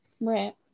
Right